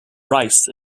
rice